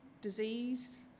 disease